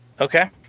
Okay